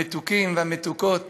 המתוקים והמתוקות,